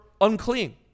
unclean